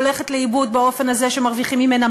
הולכת לאיבוד באופן הזה שמרוויחים ממנה